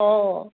অঁ